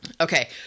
Okay